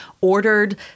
ordered